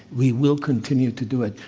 we will continue to do it.